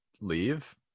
leave